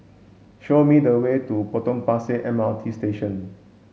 show me the way to Potong Pasir M R T Station